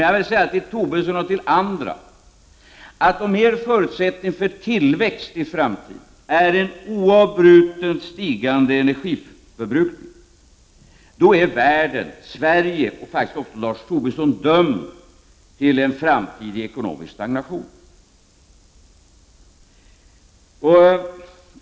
Jag vill säga till Tobisson och till andra: Om er förutsättning för tillväxt i framtiden är en oavbrutet stigande energiförbrukning, är världen, Sverige och faktiskt också Lars Tobisson dömda till en framtida ekonomisk stagnation.